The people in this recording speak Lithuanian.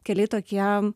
keli tokie